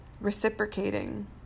reciprocating